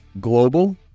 Global